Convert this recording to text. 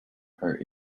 her